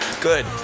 Good